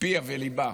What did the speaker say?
פיה וליבה